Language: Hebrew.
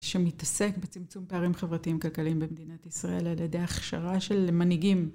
שמתעסק בצמצום פערים חברתיים כלכליים במדינת ישראל על ידי הכשרה של מנהיגים.